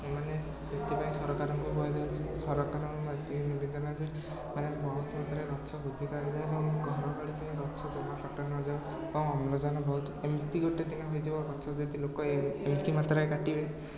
ମାନେ ସେଥିପାଇଁ ସରକାରଙ୍କୁ କୁହାଯାଉଛି ସରକାରଙ୍କୁ ଏତିକି ନିବେଦନ ଯେ ମାନେ ବହୁତ ମାତ୍ରାରେ ଗଛ ବୃଦ୍ଧି କରାଯାଉ ଏବଂ ଘରବାଡ଼ି ପାଇଁ ଗଛ ଜମା କଟା ନଯାଉ ଏବଂ ଅମ୍ଳଜାନ ବହୁତ ଏମିତି ଗୋଟେ ଦିନ ହୋଇଯିବ ଗଛ ଯଦି ଲୋକ ଏମିତି ମାତ୍ରାରେ କାଟିବେ